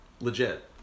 Legit